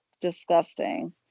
Disgusting